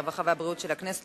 הרווחה והבריאות של הכנסת,